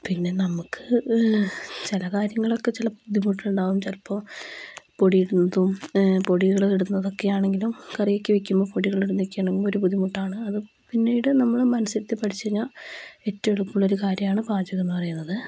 പിന്നെ നമുക്ക് ചില കാര്യങ്ങളൊക്കെ ചില ബുദ്ധിമുട്ടുണ്ടാവും ചിലപ്പോൾ പൊടി ഇടുന്നതും പൊടികളിടുന്നതൊക്കെയാണെങ്കിലും കറിയൊക്കെ വയ്ക്കുമ്പോൾ പൊടികളിടുന്നതൊക്കെ ആണെങ്കിലും ഒരു ബുദ്ധിമുട്ടാണ് അത് പിന്നീട് നമ്മൾ മനസ്സിരുത്തി പഠിച്ച് കഴിഞ്ഞാൽ ഏറ്റവും എളുപ്പമുള്ള ഒരു കാര്യമാണ് പാചകം എന്നു പറയുന്നത്